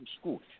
school